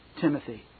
Timothy